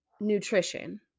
nutrition